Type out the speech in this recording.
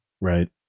right